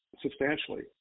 substantially